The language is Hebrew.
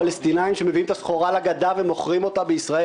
פלסטינאים שמביאים את הסחורה לגדה ומוכרים אותה בישראל.